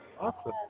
Awesome